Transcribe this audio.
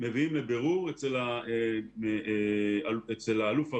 מביאים לבירור אצל האלוף הרלוונטי,